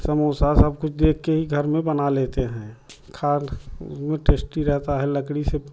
समोसा सब कुछ देख के ही घर में बना लेते हैं खाल में टेस्टी रहता है लकड़ी से